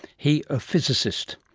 he a physicist.